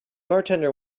bartender